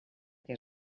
que